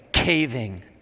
caving